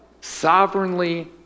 sovereignly